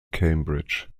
cambridge